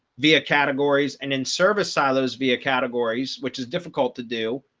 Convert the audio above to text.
via categories, and in service silos via categories, which is difficult to do,